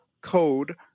code